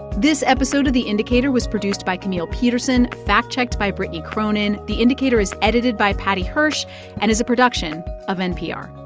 this episode of the indicator was produced by camille petersen, fact-checked by brittany cronin. the indicator is edited by paddy hirsch and is a production of npr